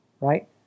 right